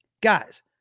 guys